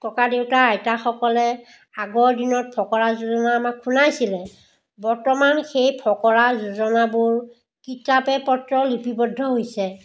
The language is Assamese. ককাদেউতা আইতাসকলে আগৰ দিনত ফকৰা যোজনা আমাক শুনাইছিলে বৰ্তমান সেই ফকৰা যোজনাবোৰ কিতাপে পত্ৰই লিপিবদ্ধ হৈছে